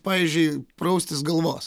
pavyzdžiui praustis galvos